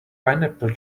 pineapple